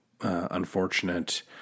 unfortunate